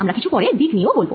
আমরা কিছু পরে দিক নিয়ে বলব